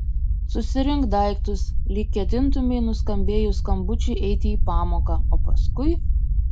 susirink daiktus lyg ketintumei nuskambėjus skambučiui eiti į pamoką o paskui